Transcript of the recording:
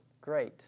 great